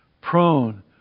Prone